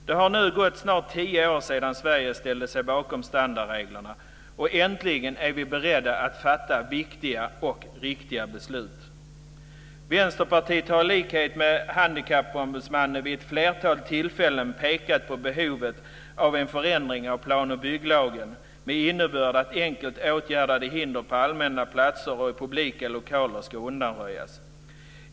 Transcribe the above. Det har nu snart gått tio år sedan Sverige ställde sig bakom standardreglerna, och äntligen är vi beredda att fatta viktiga och riktiga beslut. Vänsterpartiet har i likhet med Handikappombudsmannen vid ett flertal tillfällen pekat på behovet av en förändring av plan och bygglagen med innebörd att enkelt åtgärda att hinder på allmänna platser och i publika lokaler ska undanröjas.